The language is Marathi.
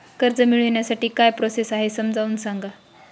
कर्ज मिळविण्यासाठी काय प्रोसेस आहे समजावून सांगा